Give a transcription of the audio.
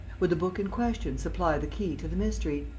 would the book in question supply the key to the mystery?